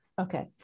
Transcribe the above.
Okay